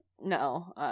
no